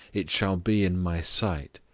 it shall be in my sight,